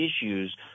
issues